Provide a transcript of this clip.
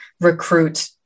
recruit